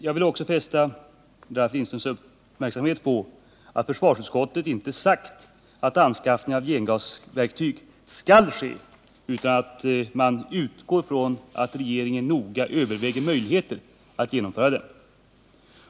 Jag vill också fästa Ralf Lindströms uppmärksamhet på att försvarsutskottet inte sagt att anskaffning av gengasverktyg skall ske, utan att man utgår från att regeringen noga överväger möjligheten att genomföra den.